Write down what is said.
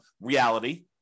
reality